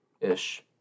ish